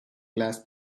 glass